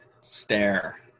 stare